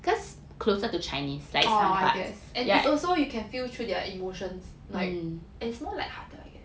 oh I guess also you can feel through their emotions it's more lighthearted eh